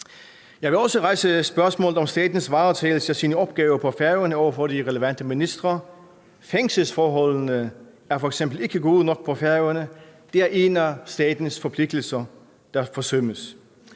Jeg vil også rejse spørgsmålet om statens varetagelse af sine opgaver på Færøerne over for de relevante ministre. Fængselsforholdene er f.eks. ikke gode nok på Færøerne. Det er en af statens forpligtelser, der forsømmes.